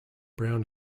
brown